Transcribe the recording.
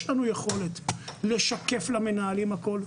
יש לנו יכולת לשקף למנהלים הכל,